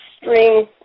String